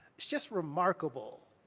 it's just remarkable